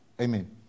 Amen